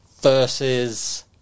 Versus